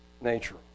nature